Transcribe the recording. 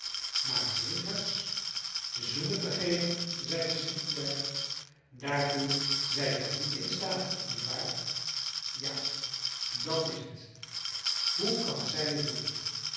maar negers zoenen te geven zeide st clare daartoe zijt gij niet in staat niet waar ja dat is het hoe kan zij het doen